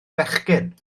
fechgyn